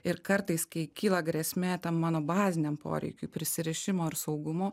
ir kartais kai kyla grėsmė tam mano baziniam poreikiui prisirišimo ir saugumo